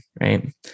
right